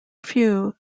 few